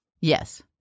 Yes